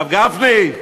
הרב גפני,